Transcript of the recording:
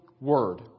word